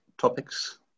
topics